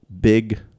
big